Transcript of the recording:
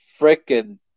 freaking